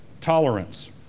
tolerance